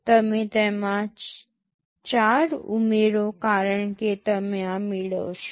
તમે તેમાં 4 ઉમેરો કારણ કે તમે આ મેળવશો